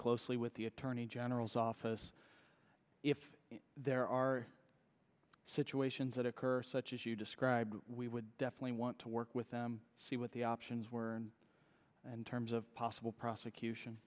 closely with the attorney general's office if there are situations that occur such as you describe we would definitely want to work with them see what the options were and terms of possible prosecution